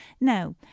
Now